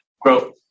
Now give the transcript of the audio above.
growth